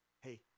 Hey